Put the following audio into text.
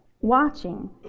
watching